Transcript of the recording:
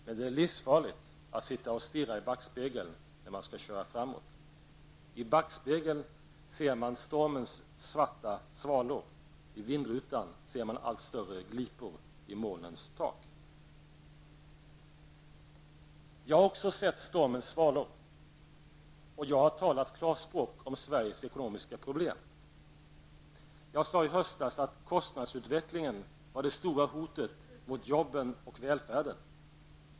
Men det är livsfarligt att sitta och stirra i backspegeln när man skall köra framåt. I backspegeln ser man stormens svarta svalor. I vindrutan ser man allt större glipor i molnens tak. Jag har också sett stormens svalor, och jag har talat klarspråk om Sveriges ekonomiska problem. Jag sade i höstas att kostnadsutvecklingen var det stora hotet mot jobben och välfärden.